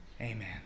Amen